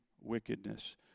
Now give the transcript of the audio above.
wickedness